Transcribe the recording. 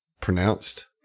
pronounced